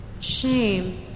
Shame